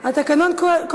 על מה מצביעים?